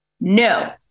No